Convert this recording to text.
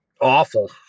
awful